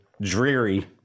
dreary